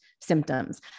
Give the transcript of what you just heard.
symptoms